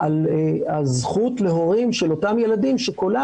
על זכות להורים של אותם ילדים שקולם